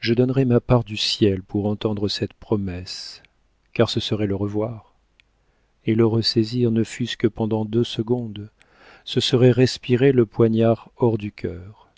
je donnerais ma part du ciel pour entendre cette promesse car ce serait le revoir et le ressaisir ne fût-ce que pendant deux secondes ce serait respirer le poignard hors du cœur